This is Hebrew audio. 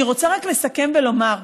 אני רוצה רק לסכם ולומר: